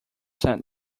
saint